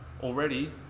already